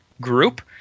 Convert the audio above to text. group